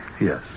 Yes